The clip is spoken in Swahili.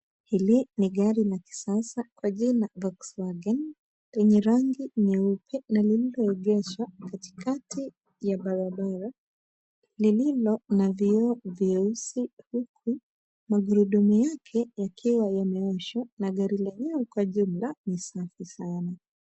Hili ni gari la kisasa kwa jina Volkswagen, lenye rangi nyeupe na lilioegeshwa katikati ya barabara lililo na vioo vyeusi, huku magurudumu yake yakiwa yameoshwa na gari lenyewe kwa jumla ni safi sana.